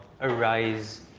arise